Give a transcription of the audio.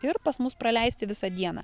ir pas mus praleisti visą dieną